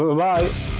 right